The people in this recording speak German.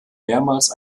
mehrmals